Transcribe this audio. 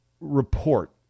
report